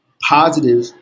positive